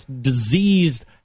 diseased